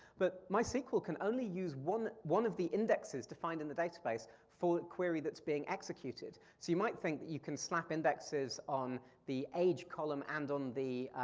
but mysql can only use one one of the indexes to find in the database for a query that's being executed. so you might think that you can slap indexes on the age column and on the,